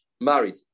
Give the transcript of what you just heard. Married